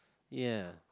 ya